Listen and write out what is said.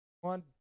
one